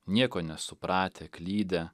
nieko nesupratę klydę